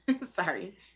sorry